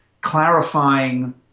clarifying